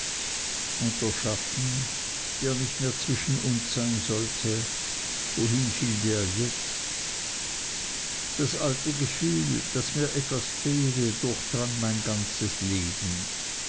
und der schatten der nicht mehr zwischen uns sein sollte wohin fiel der jetzt das alte gefühl daß mir etwas fehle durchdrang mein ganzes leben